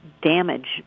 Damage